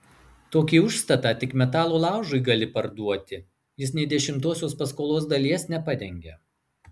tokį užstatą tik metalo laužui gali parduoti jis nė dešimtosios paskolos dalies nepadengia